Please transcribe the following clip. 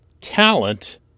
talent